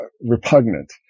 repugnant